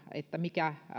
mikä